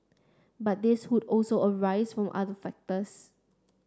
but these could also arise from other factors